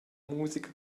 musica